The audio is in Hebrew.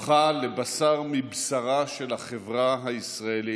הפכה לבשר מבשרה של החברה הישראלית,